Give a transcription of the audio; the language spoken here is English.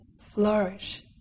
flourish